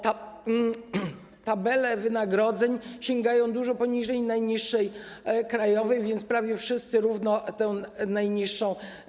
Tabele wynagrodzeń sięgają dużo poniżej najniższej krajowej, więc prawie wszyscy równo otrzymują tę najniższą.